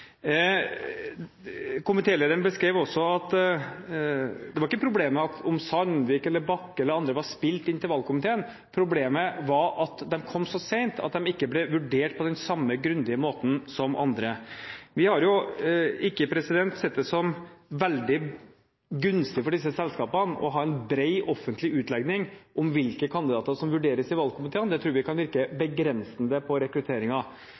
beskrev også at problemet ikke var om Sandvik eller Bakke eller andre var spilt inn til valgkomiteen – problemet var at de kom så sent at de ikke ble vurdert på den samme grundige måten som andre. Vi har jo ikke sett det som veldig gunstig for disse selskapene å ha en bred, offentlig utlegning om hvilke kandidater som vurderes i valgkomiteen; det tror jeg virker begrensende på rekrutteringen. Men nå ser vi